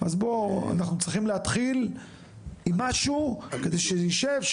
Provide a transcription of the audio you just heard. אנחנו צריכים להתחיל עם משהו כדי שזה יישב,